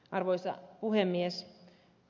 arvoisa puhemies